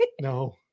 no